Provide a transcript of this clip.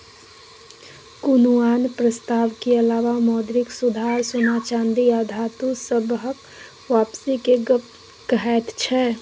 कुनु आन प्रस्ताव के अलावा मौद्रिक सुधार सोना चांदी आ धातु सबहक वापसी के गप कहैत छै